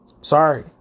Sorry